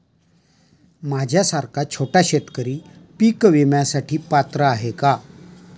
माझ्यासारखा छोटा शेतकरी पीक विम्यासाठी पात्र आहे का?